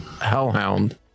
hellhound